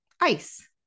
ice